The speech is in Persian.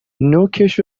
نوکش